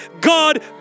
God